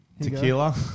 Tequila